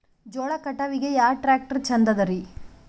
ಜೋಳ ಕಟಾವಿಗಿ ಯಾ ಟ್ಯ್ರಾಕ್ಟರ ಛಂದದರಿ?